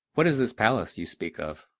what is this palace you speak of?